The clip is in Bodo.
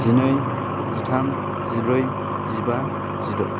जिनै जिथाम जिब्रै जिबा जिद'